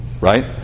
right